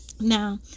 Now